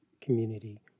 community